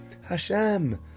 Hashem